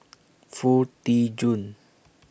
Foo Tee Jun